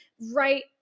right